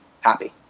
happy